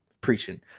preaching